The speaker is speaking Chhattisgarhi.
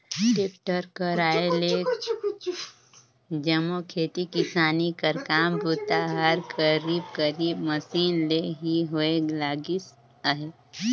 टेक्टर कर आए ले जम्मो खेती किसानी कर काम बूता हर करीब करीब मसीन ले ही होए लगिस अहे